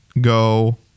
go